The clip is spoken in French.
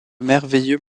merveilleux